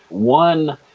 one,